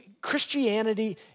Christianity